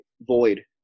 void